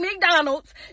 McDonald's